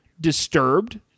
disturbed